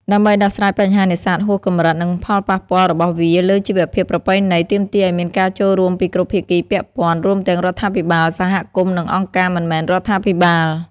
ដើម្បីដោះស្រាយបញ្ហានេសាទហួសកម្រិត និងផលប៉ះពាល់របស់វាលើជីវភាពប្រពៃណី ទាមទារឱ្យមានការចូលរួមពីគ្រប់ភាគីពាក់ព័ន្ធ រួមទាំងរដ្ឋាភិបាល សហគមន៍ និងអង្គការមិនមែនរដ្ឋាភិបាល។